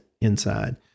inside